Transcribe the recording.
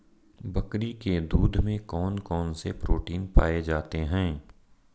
बकरी के दूध में कौन कौनसे प्रोटीन पाए जाते हैं?